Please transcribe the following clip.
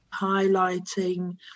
Highlighting